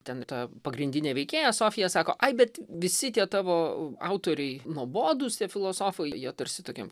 ten ta pagrindinė veikėja sofija sako ai bet visi tie tavo autoriai nuobodūs tie filosofai jie tarsi tokiam